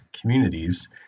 Communities